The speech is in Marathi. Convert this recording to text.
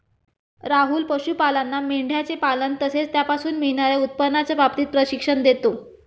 राहुल पशुपालांना मेंढयांचे पालन तसेच त्यापासून मिळणार्या उत्पन्नाच्या बाबतीत प्रशिक्षण देतो